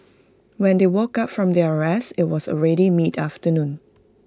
when they woke up from their rest IT was already mid afternoon